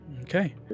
Okay